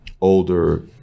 older